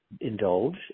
indulge